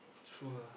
true ah